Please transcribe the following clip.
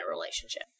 relationship